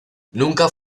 nunca